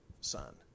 son